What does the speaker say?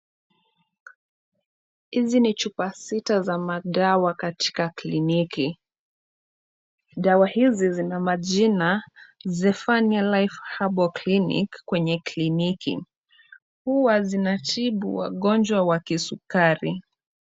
Hizi ni chupa sita za madawa katika kliniki. Dawa hizi zina majina Zephania Life Herbal Clinic kwenye kliniki. Huwa zinatibu wagonjwa wa kisukari.